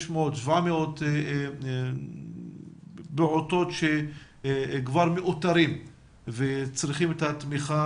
ב-600 700 פעוטות שהם כבר מאותרים ככאלו שצריכים את התמיכה